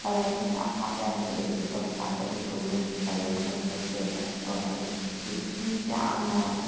ꯀꯂꯔꯒꯨꯝꯕꯁꯦ ꯌꯥꯝ ꯍꯥꯞꯄꯦ ꯏꯗꯤꯠ ꯇꯧꯕ ꯀꯥꯟꯗ ꯑꯗꯨꯗꯣ ꯃꯣꯏꯒꯤ ꯀꯂꯔ ꯃꯈꯟ ꯃꯈꯟ ꯆꯦꯟꯖ ꯊꯛ ꯊꯛ ꯇꯧꯍꯟꯕ ꯍꯥꯏꯗꯤ ꯏꯗꯤꯇꯤꯡꯁꯦ ꯌꯥꯝꯅ